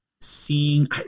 seeing